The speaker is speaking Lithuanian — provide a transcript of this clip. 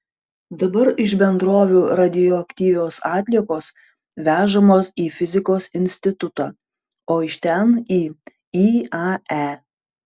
dabar iš bendrovių radioaktyvios atliekos vežamos į fizikos institutą o iš ten į iae